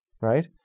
right